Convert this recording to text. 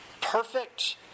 perfect